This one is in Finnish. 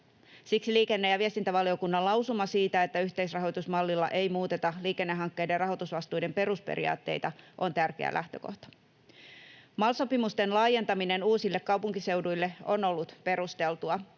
Siksi liikenne- ja viestintävaliokunnan lausuma siitä, että yhteisrahoitusmallilla ei muuteta liikennehankkeiden rahoitusvastuiden perusperiaatteita, on tärkeä lähtökohta. MAL-sopimusten laajentaminen uusille kaupunkiseuduille on ollut perusteltua.